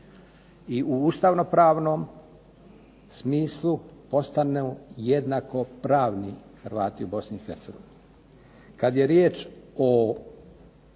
i u ustavno-pravnom smislu postanu jednako pravni Hrvati u Bosni i